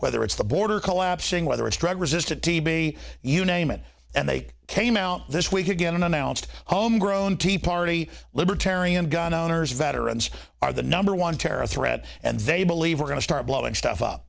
whether it's the border collapsing whether it's drug resistant tb you name it and they came out this week again and announced homegrown tea party libertarian gun owners veterans are the number one terror threat and they believe we're going to start blowing stuff up